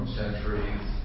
centuries